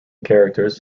characters